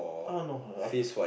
err no